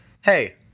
hey